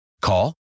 Call